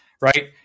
right